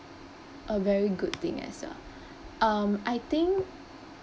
a very good thing as well um I think